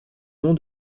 nom